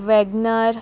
Wagon R